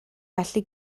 felly